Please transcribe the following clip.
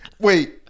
wait